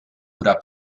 oder